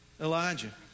Elijah